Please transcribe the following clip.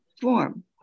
form